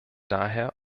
daher